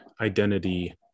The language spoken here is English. identity